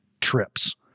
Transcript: trips